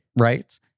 Right